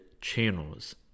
channels